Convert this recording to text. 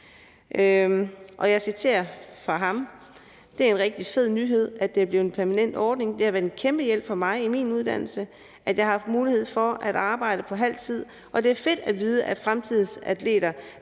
jeg citerer fra ham: